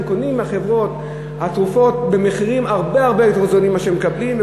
קונים מחברות התרופות במחירים הרבה הרבה יותר נמוכים מאשר הם מקבלים,